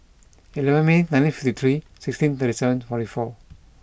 eleven May nineteen fifty three sixteen thirty seven forty four